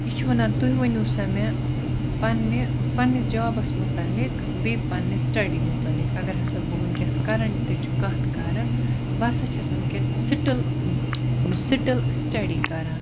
یہِ چھُ وَنان تُہۍ ؤنِو سا مےٚ پَننہِ پَننِس جابَس مُتعلِق بیٚیہِ پَننہِ سٹیڈی مُتعلِق اَگَر ہَسا بہٕ ونکٮ۪س کَرَنٹٕچ کتھ کَرٕ بہٕ ہَسا چھَس ونکیٚن سٹل سٹل سٹیڈی کَران